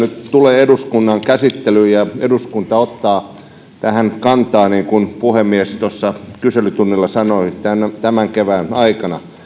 tulee eduskunnan käsittelyyn ja eduskunta ottaa tähän kantaa niin kuin puhemies kyselytunnilla sanoi tämän kevään aikana